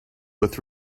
with